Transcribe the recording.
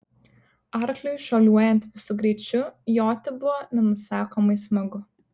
arkliui šuoliuojant visu greičiu joti buvo nenusakomai smagu